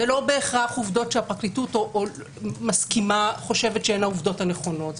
זה לא בהכרח עובדות שהפרקליטות מסכימה או חושבת שהן העובדות הנכונות,